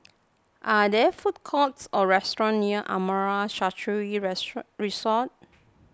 are there food courts or restaurants near Amara Sanctuary Resort